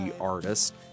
artist